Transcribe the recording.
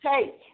take